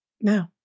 No